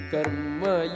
Karma